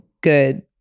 good